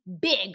big